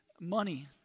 money